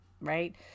Right